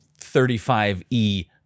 35E